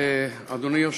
אדוני היושב-ראש,